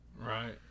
right